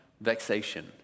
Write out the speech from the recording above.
vexation